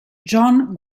john